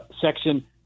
section